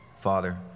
Father